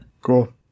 cool